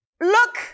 look